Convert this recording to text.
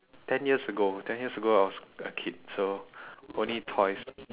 ten years ago ten years ago I was a kid so only toys